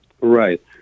Right